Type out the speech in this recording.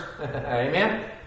Amen